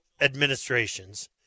administrations